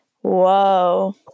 whoa